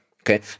okay